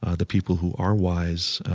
ah the people who are wise,